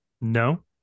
No